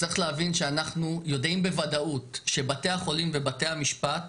שאנחנו יודעים בוודאות שבתי החולים ובתי המשפט